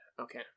Okay